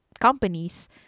companies